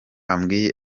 ambwiye